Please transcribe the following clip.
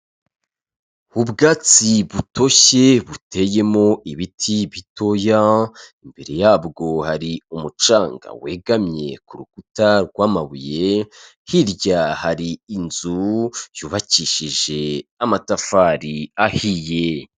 Ubwatsi butoshye buteyemo ibiti bitoya, imbere yabwo hari umucanga wegamye ku rukuta rw'amabuye, hirya hari inzu yubakishije amatafari ahiye.